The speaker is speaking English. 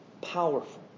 powerful